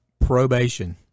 probation